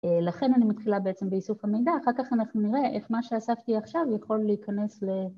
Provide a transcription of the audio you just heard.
לכן אני מתחילה בעצם באיסוף המידע, אחר כך אנחנו נראה איך מה שאספתי עכשיו יכול להיכנס ל...